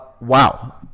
Wow